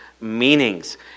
meanings